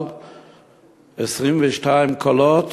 על 22 קולות